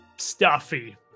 Stuffy